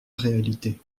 réalité